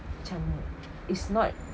macam is not